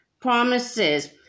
promises